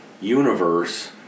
universe